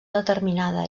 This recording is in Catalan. determinada